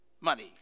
money